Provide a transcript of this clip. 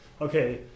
okay